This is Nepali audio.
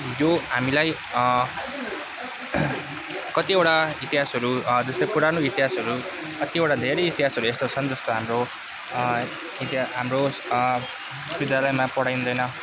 यो हामलाई कतिवटा इतिहासहरू जस्तै पुरानो इतिहासहरू कतिवटा धेरै इतिहासहरू यस्तो छन् जस्तो हाम्रो हाम्रो विद्यालयमा पढाइँदैन